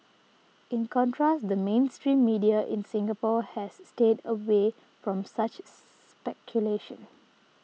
in contrast the mainstream media in Singapore has stayed away from such speculation